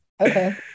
okay